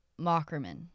Mockerman